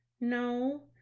No